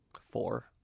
Four